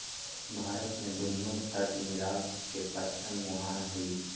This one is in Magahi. भारत में दुन्नो तट मिला के पचपन मुहान हई